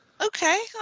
Okay